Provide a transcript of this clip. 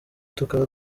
tukaba